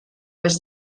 vés